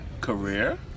career